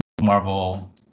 marvel